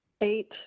eight